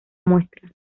muestra